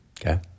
Okay